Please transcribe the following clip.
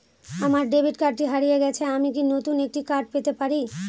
আমার ডেবিট কার্ডটি হারিয়ে গেছে আমি কি নতুন একটি কার্ড পেতে পারি?